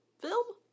film